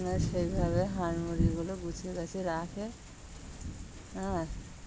হ্যাঁ সেইভাবে হাঁস মুরগিগুলো গুছিয়ে গাছিয়ে রাখে হ্যাঁ